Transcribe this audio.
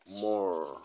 more